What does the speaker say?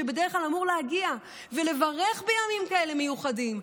שבדרך כלל אמור להגיע ולברך בימים מיוחדים כאלה.